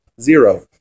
zero